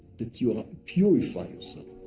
that you are purifying yourself.